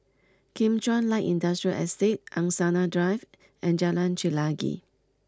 Kim Chuan Light Industrial Estate Angsana Drive and Jalan Chelagi